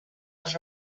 les